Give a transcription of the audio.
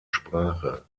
sprache